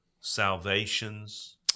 salvations